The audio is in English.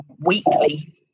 weekly